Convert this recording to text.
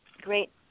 Great